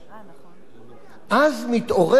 אז מתעורר מחדש הצורך